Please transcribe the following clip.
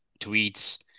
tweets